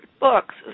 books